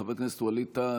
חבר הכנסת ווליד טאהא,